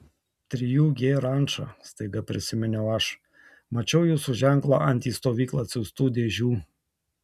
trijų g ranča staiga prisiminiau aš mačiau jūsų ženklą ant į stovyklą atsiųstų dėžių